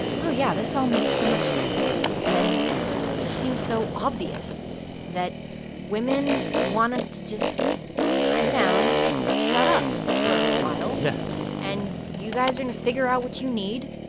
oh, yeah, this all makes so much sense to me. and it but just seems so obvious that women want us to just sit down and shut up for a little while. yeah and you guys are going to figure out what you need,